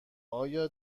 آیا